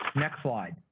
next slide.